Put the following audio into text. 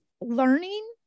learning